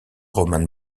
romane